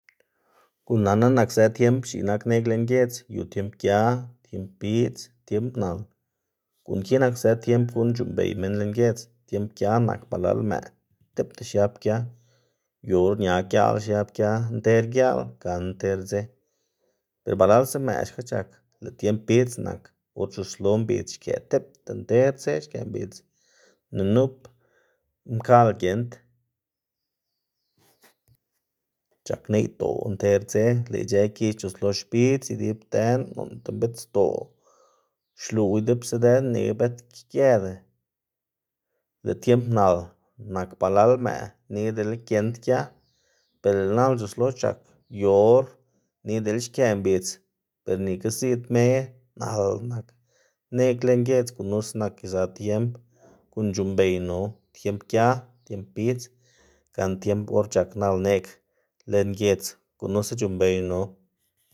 Guꞌn nanná nakzë tiemb x̱iꞌk nak neꞌg lën giedz, yu: tiemb gia, tiemb bidz, tiemb nal, guꞌn ki nakzë tiemb guꞌn c̲h̲uꞌnnbey minn lën giedz. Tiemb gia nak balal mëꞌ tipta xiab gia yu or ña giaꞌl xiab gia nter giaꞌl gana nter dze, ber balalsa mëꞌ xka c̲h̲ak, lëꞌ tiemb bidz nak or c̲h̲uslo mbidz xkëꞌ tipta nter dze xkëꞌ mbidz ni nup mkaꞌl giend, c̲h̲ak neꞌydoꞌ nter dze lëꞌ ic̲h̲ë gix c̲h̲uslo xbidz idib dën noꞌnda mbidzdoꞌ xluꞌw idibsa dën nika bët geda xna, lëꞌ tiemb nal nak balal mëꞌ nika dele giend gia er lëꞌ nal c̲h̲uslo c̲h̲ak yu or nika dele xkëꞌ mbidz ber nika ziꞌd me nal nak. Neꞌg lën giedz gunusa nak iza tiemb guꞌn c̲h̲uꞌnnbeynu tiemb gia, tiemb bidz gana tiemb or c̲h̲al neꞌg lën giedz, gunusa c̲h̲uꞌnnbeynu.